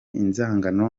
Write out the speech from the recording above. inzangano